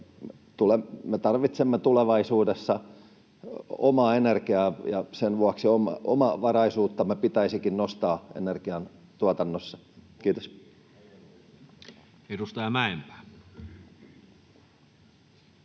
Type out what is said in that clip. Me tarvitsemme tulevaisuudessa omaa energiaa, ja sen vuoksi omavaraisuuttamme pitäisikin nostaa energiantuotannossa. — Kiitos. [Hannu